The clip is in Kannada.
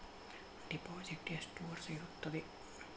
ಡಿಪಾಸಿಟ್ ಎಷ್ಟು ವರ್ಷ ಇರುತ್ತದೆ?